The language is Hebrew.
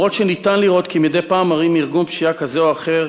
גם אם אפשר לראות כי מדי פעם מרים ארגון פשיעה כזה או אחר